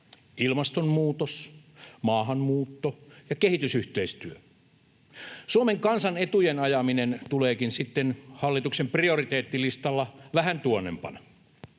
ilmastonmuutos, maahanmuutto ja kehitysyhteistyö. Suomen kansan etujen ajaminen tuleekin sitten hallituksen prioriteettilistalla vähän tuonnempana.